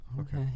Okay